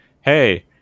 hey